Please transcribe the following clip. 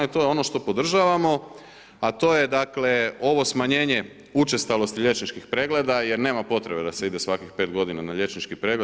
I to je ono što podržavamo, a to je dakle ovo smanjenje učestalosti liječničkih pregleda, jer nema potrebe da se ide svakih 5 godina na liječnički pregled.